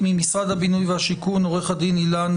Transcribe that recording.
ממשרד הבינוי והשיכון עורך הדין אילן